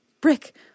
Brick